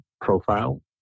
profile